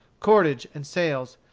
cordage, and sails,